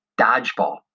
dodgeball